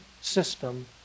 system